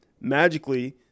magically